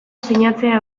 sinatzea